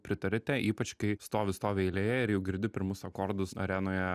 pritariate ypač kai stovi stovi eilėje ir jau girdi pirmus akordus arenoje